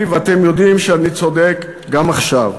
ואתם יודעים שאני צודק גם עכשיו.